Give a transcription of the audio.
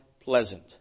pleasant